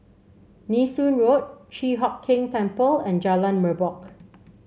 Nee Soon Road Chi Hock Keng Temple and Jalan Merbok